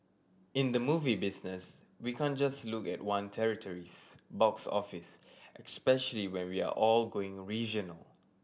in the movie business we can't just look at one territory's box office especially when we are all going regional